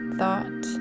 thought